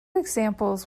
examples